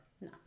No